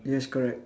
yes correct